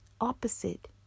opposite